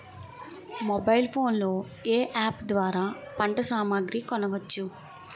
Mobile phone లో ఏ app ద్వారా పంట సామాగ్రి కొనచ్చు?